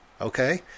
okay